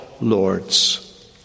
lords